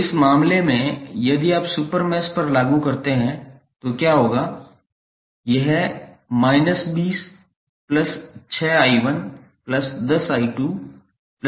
तो इस मामले में यदि आप सुपर मैश पर लागू करते हैं तो क्या होगा